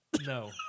No